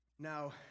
Now